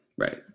Right